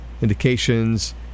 Indications